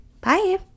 Bye